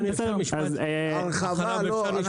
לא דובר על הרחבה.